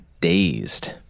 dazed